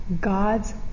God's